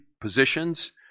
positions